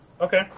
Okay